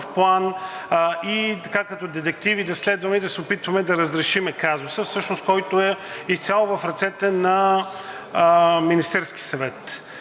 план и като детективи да следваме и да се опитваме да разрешим казуса, който всъщност е изцяло в ръцете на Министерския съвет.